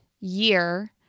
year